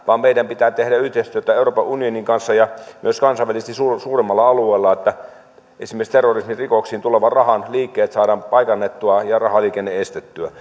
vaan meidän pitää tehdä yhteistyötä euroopan unionin kanssa ja myös kansainvälisesti suuremmalla alueella että esimerkiksi terrorismirikoksiin tulevan rahan liikkeet saadaan paikannettua ja rahaliikenne estettyä